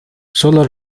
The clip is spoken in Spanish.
sólo